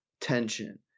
tension